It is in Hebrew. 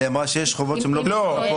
היא אמרה שיש חובות שהם לא בהוצאה לפעול.